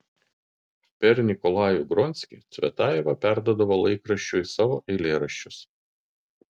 per nikolajų gronskį cvetajeva perduodavo laikraščiui savo eilėraščius